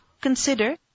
consider